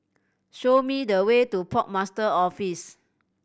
show me the way to Port Master's Office